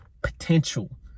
potential